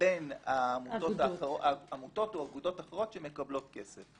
לבין עמותות או אגודות אחרות שמקבלות כסף.